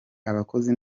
abakozi